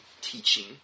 teaching